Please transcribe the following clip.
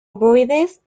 ovoides